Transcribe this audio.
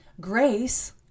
Grace